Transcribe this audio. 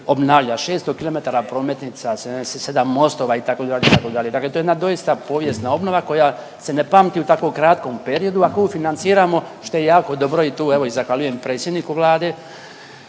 obnavlja, 600 km prometnica, 77 mostova itd. itd. Dakle, to je jedna doista povijesna obnova koja se ne pamti u tako kratkom periodu, a koju financiramo što je jako dobro i tu evo i zahvaljujem predsjedniku Vlade